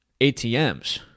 ATMs